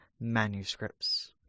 manuscripts